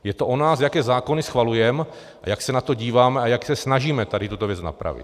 Je to o nás, jaké zákony schvalujeme a jak se na to díváme a jak se snažíme tady tuto věc napravit.